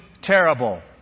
terrible